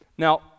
Now